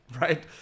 right